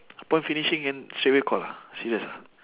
upon finishing can straight away call ah serious ah